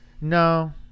No